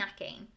snacking